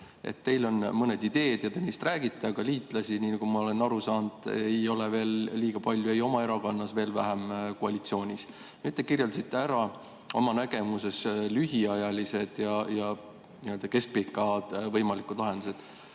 teil on mõned ideed ja te neist räägite, aga liitlasi, nii nagu ma olen aru saanud, ei ole teil veel liiga palju ei oma erakonnas ega veel vähem koalitsioonis. Nüüd te kirjeldasite ära oma nägemuses lühiajalised ja n-ö keskpikad võimalikud lahendused. Mul